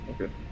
Okay